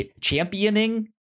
championing